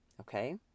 Okay